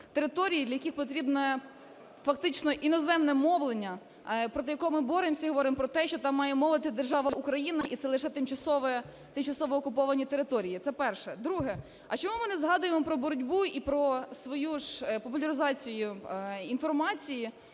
території, для яких потрібно, фактично, іноземне мовлення, проти якого ми боремося і говоримо про те, що там має мовити держава Україна, і це лише тимчасово окуповані території. Це перше. Друге. А чому ми не згадуємо про боротьбу і про свою ж популяризацію інформації,